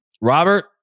Robert